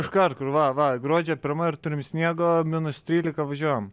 iškart krūva va gruodžio pirma ir turim sniego minus trylika važiuojam